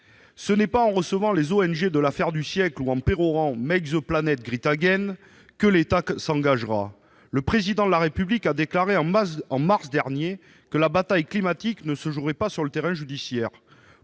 Ce n'est pas en recevant les ONG de l'Affaire du siècle ou en pérorant «» que l'État s'engagera ! Le Président de la République a déclaré en mars dernier que la bataille climatique ne se jouerait pas sur le terrain judiciaire.